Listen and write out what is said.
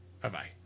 Bye-bye